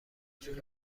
جون